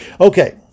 Okay